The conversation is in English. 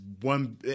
one